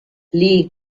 lee